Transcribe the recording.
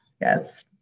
yes